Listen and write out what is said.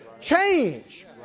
Change